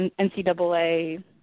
NCAA